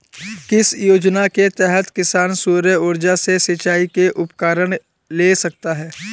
किस योजना के तहत किसान सौर ऊर्जा से सिंचाई के उपकरण ले सकता है?